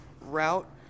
route